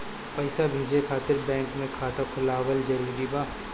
पईसा भेजे खातिर बैंक मे खाता खुलवाअल जरूरी बा?